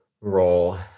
roll